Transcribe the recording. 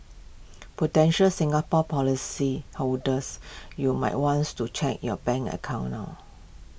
Prudential Singapore policyholders you might wants to check your bank account now